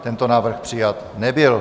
Tento návrh přijat nebyl.